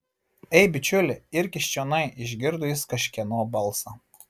ei bičiuli irkis čionai išgirdo jis kažkieno balsą